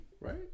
right